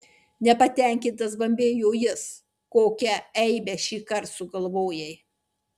nepatenkintas bambėjo jis kokią eibę šįkart sugalvojai